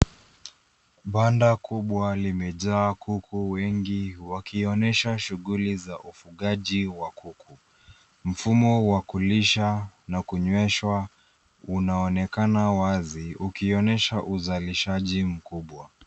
Banda kubwa limejaa kuku wengi wakionyesha shughuli za ufugaji wa kuku. Mfumo wa kulisha na kunyweshwa unaonekana wazi ukionyesha uzalishaji mkubwa.